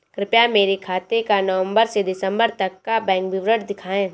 कृपया मेरे खाते का नवम्बर से दिसम्बर तक का बैंक विवरण दिखाएं?